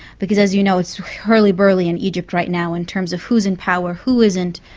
because as you know it's hurly-burly in egypt right now in terms of who's in power, who isn't.